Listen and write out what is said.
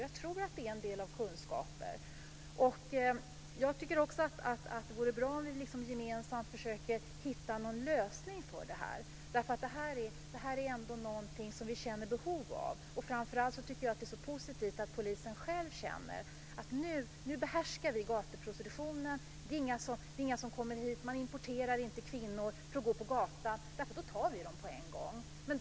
Jag tror att det är en del av kunskapen. Jag tycker också att det vore bra om vi gemensamt försökte hitta någon lösning för det här, därför att det här är ändå någonting som vi känner behov av. Framför allt är det så positivt att polisen själv känner att de nu behärskar gatuprostitutionen. Man importerar inte kvinnor för att de ska gå på gatan eftersom man vet att polisen då tar dem.